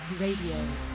Radio